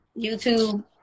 YouTube